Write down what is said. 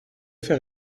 fait